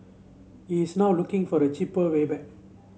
he is now looking for a cheaper way back